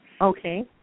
Okay